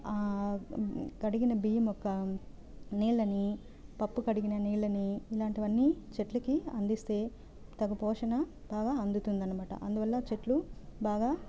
కడిగిన బియ్యం యొక్క నీళ్ళనీ పప్పు కడిగిన నీళ్ళనీ ఇలాంటివన్నీ చెట్లకి అందిస్తే తగు పోషణ బాగా అందుతుందన్నమాట అందువల్ల చెట్లు బాగా